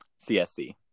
CSC